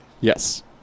Yes